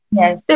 Yes